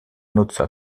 nutzer